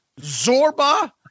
Zorba